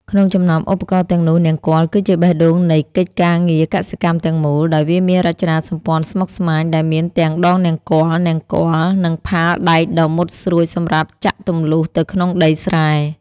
ក្នុងចំណោមឧបករណ៍ទាំងនោះ នង្គ័លគឺជាបេះដូងនៃកិច្ចការងារកសិកម្មទាំងមូល ដោយវាមានរចនាសម្ព័ន្ធស្មុគស្មាញដែលមានទាំងដងនង្គ័ល នង្គ័ល និងផាលដែកដ៏មុតស្រួចសម្រាប់ចាក់ទម្លុះទៅក្នុងដីស្រែ។